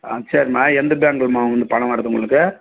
ஆ சரிம்மா எந்த பேங்க்லேம்மா உங்களுக்கு பணம் வருது உங்களுக்கு